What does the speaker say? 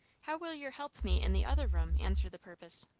how will your helpmeet in the other room answer the purpose?